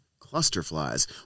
Clusterflies